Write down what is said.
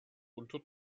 unter